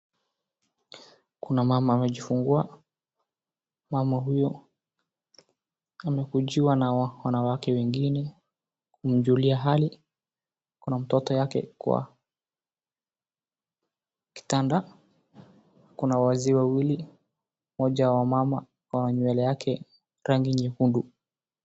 Kuna mama amejifungua. Mama huyo amekujiwa na wanawake wengine kumjulia hali. Kuna mtoto yake kwa kitanda. Kuna wazee wawili moja wa wamama akona nywele yake rangi nyekundu.